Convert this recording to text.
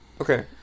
okay